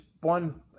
one